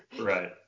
Right